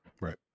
Right